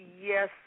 yes